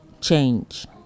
change